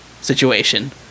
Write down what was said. situation